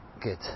good